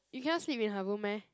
you cannot sleep in her room meh